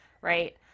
Right